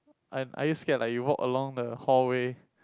are are you scared like you walk along the hallway